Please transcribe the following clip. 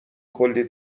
کلّی